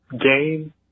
game